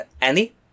Annie